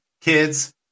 kids